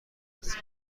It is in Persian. است